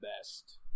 best